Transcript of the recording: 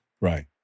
Right